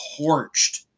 torched